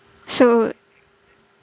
so